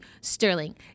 Sterling